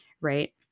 Right